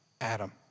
Adam